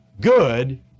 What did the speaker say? good